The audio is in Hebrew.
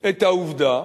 את העובדה,